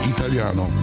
Italiano